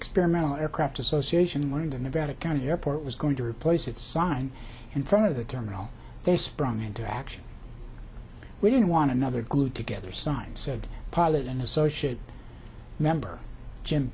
experimental aircraft association learned in nevada county airport was going to replace its sign in front of the terminal they sprung into action we don't want another glued together sign said pilot and associate member jim